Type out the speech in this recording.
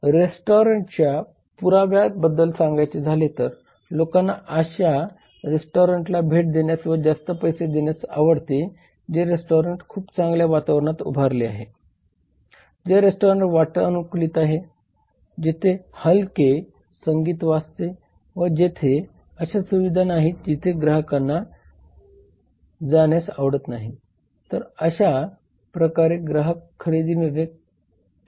रेस्टॉरंटच्या पुराव्या बद्दल सांगायचे झाले तर लोकांना अशा रेस्टॉरंटला भेट देण्यास व जास्त पैसे देण्यास आवडते जे रेस्टॉरंट खूप चांगल्या वातावरणात उभारले आहे जे रेस्टॉरंट वातानुकूलित आहे जेथे हलके संगीत वाजते व जेथे अशा सुविधा नाहीत तिथे ग्राहकांना जाण्यास आवडत नाही तर अशा प्रकारे ग्राहक खरेदी निर्णय घेत असतात